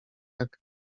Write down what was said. jak